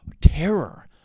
terror